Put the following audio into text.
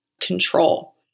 control